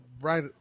right